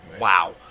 Wow